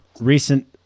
recent